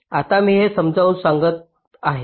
आता मी हे समजावून सांगत आहे